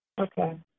Okay